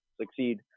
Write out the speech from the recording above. succeed